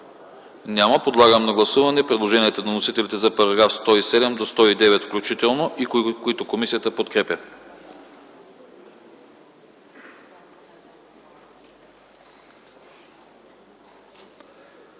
Няма. Подлагам на гласуване предложението на вносителите за параграфи от 107 до 109 включително, които комисията подкрепя.